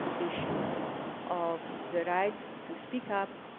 issue of the right to speak up,